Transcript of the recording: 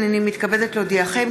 הינני מתכבדת להודיעכם,